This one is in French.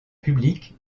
public